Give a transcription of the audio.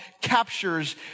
captures